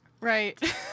right